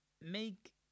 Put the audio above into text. make